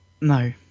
No